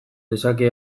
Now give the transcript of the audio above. dezake